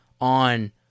on